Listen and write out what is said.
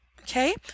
okay